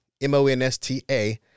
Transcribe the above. M-O-N-S-T-A